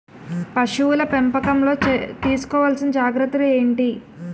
పశువుల పెంపకంలో తీసుకోవల్సిన జాగ్రత్తలు ఏంటి?